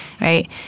right